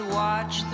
watch